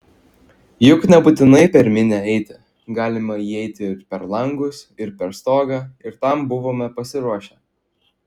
juk nebūtinai per minią eiti galima įeiti ir per langus ir per stogą ir tam buvome pasiruošę